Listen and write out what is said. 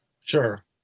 Sure